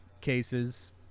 cases